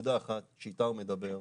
נקודה אחת שאיתה הוא מדבר.